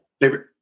Favorite